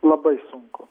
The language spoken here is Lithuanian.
labai sunku